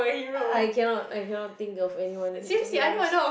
I cannot I cannot think of anyone to be honest